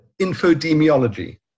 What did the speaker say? infodemiology